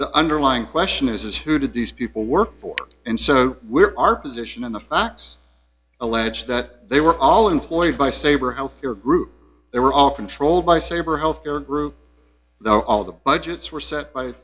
the underlying question is who did these people work for and so we're our position on the facts alleged that they were all employed by saber healthcare group they were all controlled by saber healthcare group though all the budgets were set by